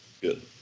Good